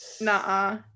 nah